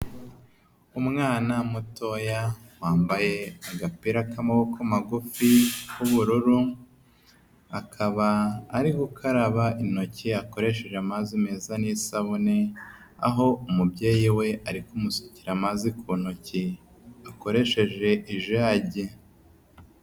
Umwana mutoya wambaye agapira k'amaboko magufi k'ubururu, akaba ari gukaraba intoki akoresheje amazi meza n'isabune. Aho umubyeyi we ari kumusukira amazi ku ntoki akoresheje ijegi.